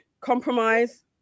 Compromise